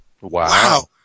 Wow